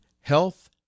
health